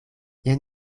jen